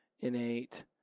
Innate